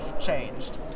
changed